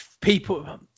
people